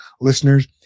listeners